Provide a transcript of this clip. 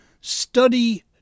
Study